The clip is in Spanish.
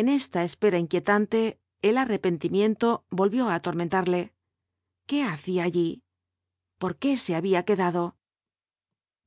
en esta espera inquietante el arrepentimiento volvió á atormentarle qué hacía allí por qué se había quedado